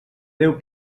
deu